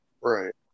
Right